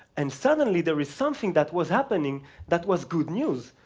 and suddenly, there is something that was happening that was good news.